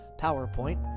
PowerPoint